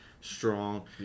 strong